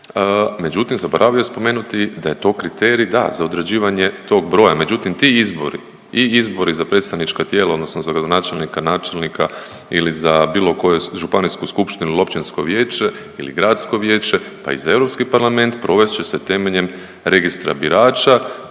međutim zaboravio je spomenuti da je to kriterij da za određivanje tog broja. Međutim ti izbori i izbori za predstavnička tijela odnosno za gradonačelnika, načelnika ili za bilo koju županijsku skupštinu ili općinsko vijeće ili gradsko vijeće, pa i za Europski parlament provest će se temeljem Registra birača